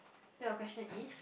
so your question is